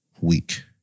Week